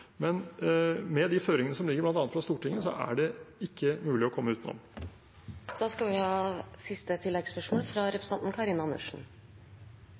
men med de føringene som ligger bl.a. fra Stortinget, er det ikke mulig å komme utenom. Karin Andersen – til siste